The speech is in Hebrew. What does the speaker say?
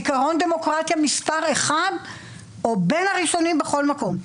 זיכרון דמוקרטיה מספר אחד או בין הראשונים בכל מקום.